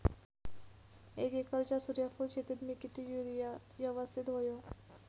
एक एकरच्या सूर्यफुल शेतीत मी किती युरिया यवस्तित व्हयो?